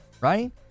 Right